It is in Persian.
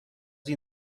این